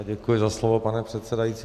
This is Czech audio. Já děkuji za slovo, pane předsedající.